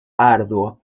arduo